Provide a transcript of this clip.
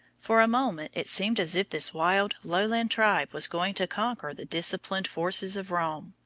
for a moment it seemed as if this wild lowland tribe was going to conquer the disciplined forces of rome.